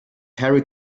harry